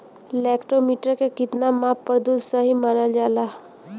Lactometer के कितना माप पर दुध सही मानन जाला?